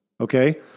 Okay